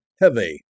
Heavy